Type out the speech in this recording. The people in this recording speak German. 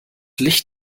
licht